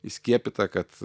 įskiepyta kad